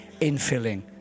infilling